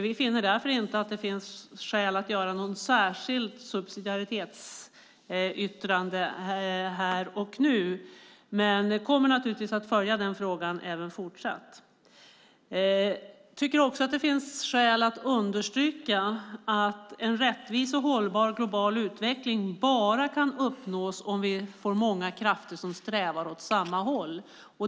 Vi finner därför inte att det finns skäl att avge något särskilt subsidiaritetsyttrande här och nu men kommer naturligtvis att följa den frågan även fortsatt. Jag tycker också att det finns skäl att understryka att en rättvis och hållbar global utveckling kan uppnås bara om vi får många krafter som strävar åt samma håll.